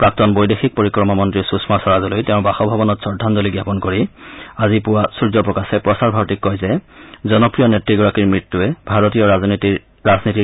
প্ৰাক্তন বৈদেশিক পৰিক্ৰমা মন্ত্ৰী সুযমা স্বৰাজলৈ তেওঁৰ বাসভৱনত শ্ৰদ্ধাঞ্জলি জ্ঞাপন কৰি আজি পুৱা সূৰ্য প্ৰকাশে প্ৰচাৰ ভাৰতীক কয় যে জনপ্ৰিয় নেত্ৰীগৰাকীৰ মৃত্যুৱে ভাৰতীয় ৰাজনীতিৰ